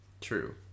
true